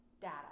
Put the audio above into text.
data